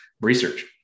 research